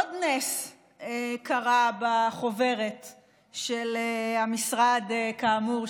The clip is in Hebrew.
ועוד נס קרה בחוברת של המשרד האמור,